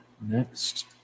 next